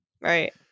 Right